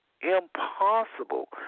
impossible